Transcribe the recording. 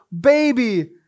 baby